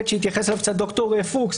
שהתייחס אליו ד"ר פוקס,